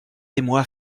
émoi